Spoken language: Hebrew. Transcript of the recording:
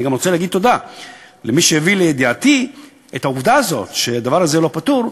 אני גם רוצה להגיד תודה למי שהביא לידיעתי את העובדה שהדבר הזה לא פתור,